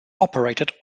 operated